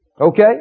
Okay